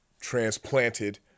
transplanted